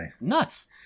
nuts